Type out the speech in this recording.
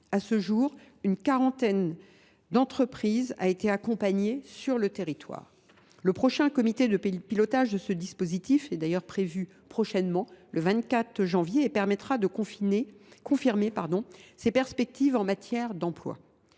À ce jour, une quarantaine d’entreprises a été accompagnée sur le territoire. Le prochain comité de pilotage de ce dispositif est prévu prochainement – il se tiendra le 24 janvier prochain. Il permettra de confirmer ces perspectives en matière d’emploi.